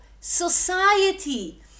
society